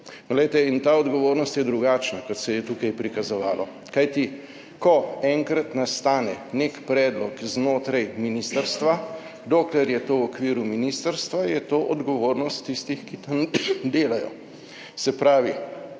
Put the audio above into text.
in ta odgovornost je drugačna, kot se je tukaj prikazovalo. Kajti, ko enkrat nastane nek predlog znotraj ministrstva, dokler je to v okviru ministrstva, je to odgovornost tistih, ki tam delajo. Se pravi,